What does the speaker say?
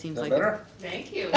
seems like better thank you